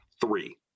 three